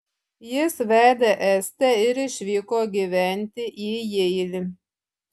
jis vedė estę ir išvyko gyventi į jeilį